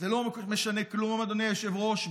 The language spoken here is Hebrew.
זה לא משנה כלום, אדוני היושב-ראש.